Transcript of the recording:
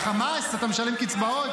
לחמאס אתה משלם קצבאות?